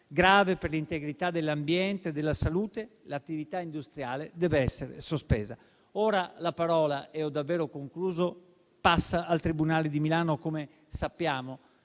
grave per l'integrità dell'ambiente e della salute, l'attività industriale deve essere sospesa. Ora la parola passa al tribunale di Milano, come sappiamo.